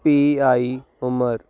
P I ਹੁਮਰ